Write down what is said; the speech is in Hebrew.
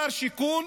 שר שיכון